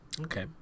Okay